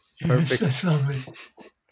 Perfect